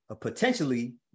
potentially